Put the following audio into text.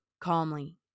calmly